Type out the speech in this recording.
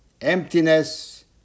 emptiness